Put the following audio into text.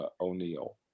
O'Neill